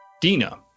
Dina